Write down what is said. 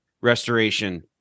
restoration